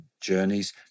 journeys